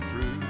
true